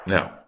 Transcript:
Now